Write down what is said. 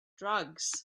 drugs